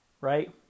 Right